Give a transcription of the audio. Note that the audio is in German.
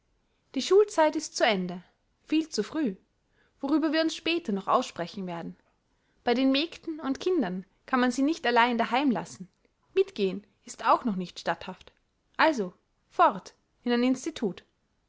die schulzeit ist zu ende viel zu früh worüber wir uns später noch aussprechen werden bei den mägden und kindern kann man sie nicht allein daheim lassen mitgehen ist auch noch nicht statthaft also fort in ein institut